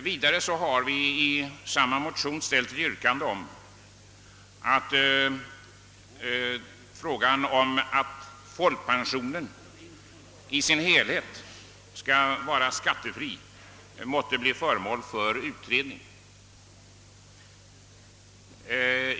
Vidare har vi i samma motion ställt yrkande om att frågan om att göra folkpensionen i dess helhet skattefri måtte bli föremål för utredning.